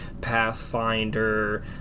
Pathfinder